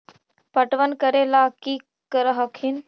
पटबन करे ला की कर हखिन?